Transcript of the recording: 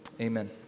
Amen